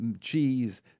cheese